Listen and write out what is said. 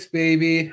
baby